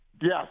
Yes